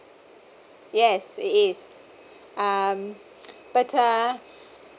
yes it is um but ah